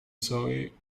zoe